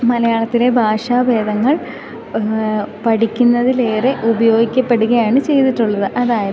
മലയാളത്തിലെ ഭാഷാഭേദങ്ങൾ പഠിക്കുന്നതിലേറെ ഉപയോഗിക്കപ്പെടുകയാണ് ചെയ്തിട്ടുള്ളത് അതായത്